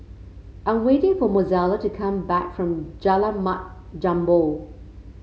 I am waiting for Mozella to come back from Jalan Mat Jambol